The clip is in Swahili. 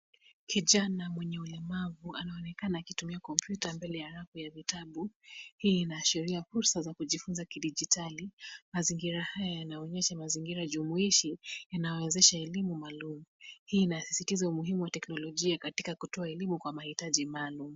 Kijana mwenye ulemavu anaonekana akitumia kompyuta mbele ya rafu ya vitabu. Hii inaashiria fursa za kujifunza kidijitali. Mazingira haya yanaonyesha mazingira jumuishi yanayowezesha elimu maalum. Hii inasisitiza umuhimu wa teknolojia katika kutoa elimu kwa mahitaji maalum.